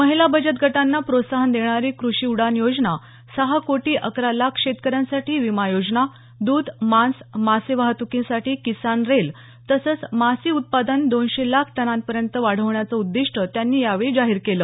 महिला बचत गटांना प्रोत्साहन देणारी कृषी उडान योजना सहा कोटी अकरा लाख शेतकऱ्यांसाठी विमा योजना द्ध मांस मासे वाहतुकीसाठी किसान रेल तसंच मासे उत्पादन दोनशे लाख टनांपर्यंत वाढवण्याचं उद्दीष्ट त्यांनी यावेळी जाहीर केलं